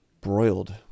Broiled